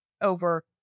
over